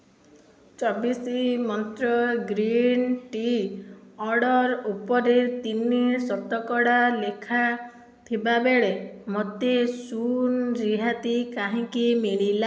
ଚବିଶି ମନ୍ତ୍ର green tea order ଉପରେ ତିନି ଶତକଡ଼ା ଲେଖା ଥିବାବେଳେ ମୋତେ ଶୂନ ରିହାତି କାହିଁକି ମିଳିଲା